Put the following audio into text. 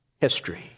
history